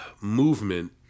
movement